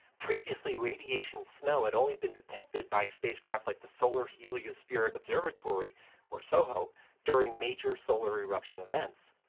previously, radiation snow had only been detected by spacecraft like the solar heliospheric observatory or soho during major solar eruption events.